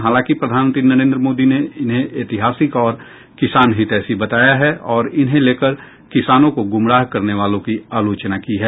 हालांकि प्रधानमंत्री नरेन्द्र मोदी ने इन्हें ऐतिहासिक और किसान हितैषी बताया है और इन्हें लेकर किसानों को गुमराह करने वालों की आलोचना की है